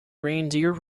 reindeer